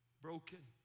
Broken